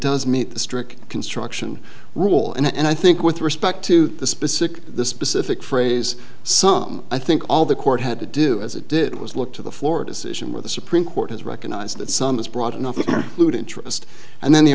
does meet the strict construction rule and i think with respect to the specific the specific phrase some i think all the court had to do as it did was look to the floor decision where the supreme court has recognized that some is broad enough food interest and then the